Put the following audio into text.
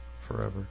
forever